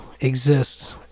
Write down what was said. exists